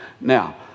now